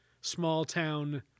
small-town